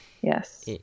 Yes